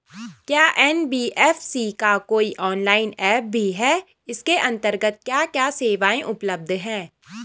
क्या एन.बी.एफ.सी का कोई ऑनलाइन ऐप भी है इसके अन्तर्गत क्या क्या सेवाएँ उपलब्ध हैं?